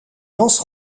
lance